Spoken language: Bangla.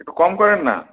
একটু কম করেন না